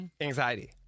Anxiety